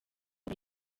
nka